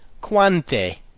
quante